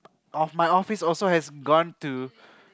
of my office also has gone to